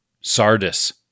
Sardis